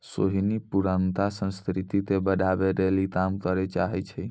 सोहिनी पुरानका संस्कृति के बढ़ाबै लेली काम करै चाहै छै